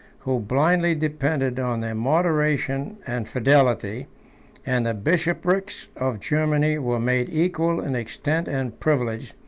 who blindly depended on their moderation and fidelity and the bishoprics of germany were made equal in extent and privilege,